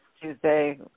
tuesday